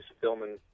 filming